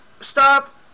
stop